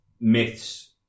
myths